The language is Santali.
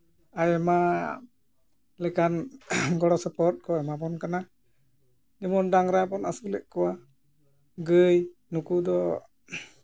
ᱟᱭᱢᱟ ᱞᱮᱠᱟᱱ ᱜᱚᱲᱚᱥᱚᱯᱚᱦᱚᱫ ᱠᱚ ᱮᱢᱟ ᱵᱚᱱ ᱠᱟᱱᱟ ᱡᱮᱢᱚᱱ ᱰᱟᱝᱨᱟ ᱵᱚᱱ ᱟᱹᱥᱩᱞᱮᱫ ᱠᱚᱣᱟ ᱜᱟᱹᱭ ᱱᱩᱠᱩ ᱫᱚ